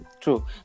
True